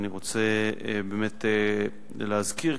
אני רוצה באמת להזכיר,